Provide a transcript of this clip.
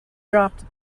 dropped